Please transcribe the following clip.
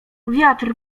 wiatr